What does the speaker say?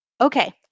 Okay